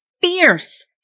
fierce